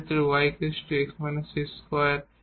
এই y 2 কি হবে